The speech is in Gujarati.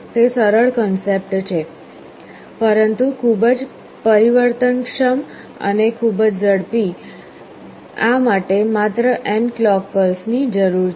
તે સરળ કન્સેપટ છે પરંતુ ખૂબ જ પરિવર્તનક્ષમ અને ખૂબ ઝડપી આ માટે માત્ર n ક્લૉક પલ્સની જરૂર છે